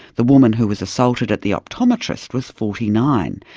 the woman who was assaulted at the optometrist was forty nine,